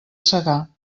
segar